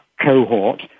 cohort